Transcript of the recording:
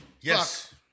Yes